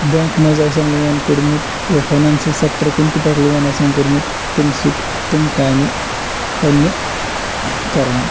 bank منٛز آسٮ۪ن loan کوٚڑمُت یا فاینانشَل سٮ۪کٹَر کُنہِ تہِ پٮ۪ٹھ لون آسٮ۪ن کوٚرمُت تمہِ سۭتۍ تِم کامہِ پنٛنہِ کَران